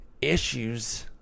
issues